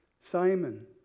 Simon